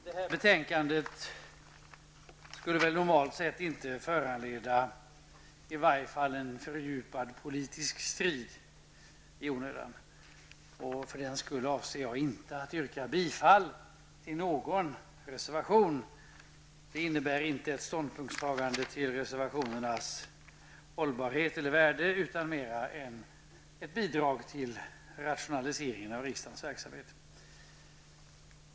Herr talman! Det här betänkandet skulle normalt sett inte föranleda någon fördjupad politisk strid i onödan. För den skull avser jag att inte yrka bifall till någon reservation. Det innebär inte något ståndpunktstagande när det gäller reservationernas hållbarhet eller värde utan mera ett bidrag till rationalisering av riksdagens verksamhet.